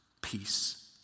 peace